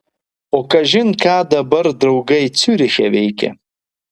o kažin ką dabar draugai ciuriche veikia